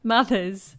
Mothers